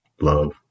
Love